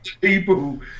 people